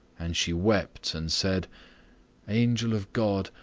and she wept and said angel of god!